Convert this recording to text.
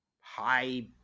high